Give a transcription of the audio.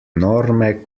norme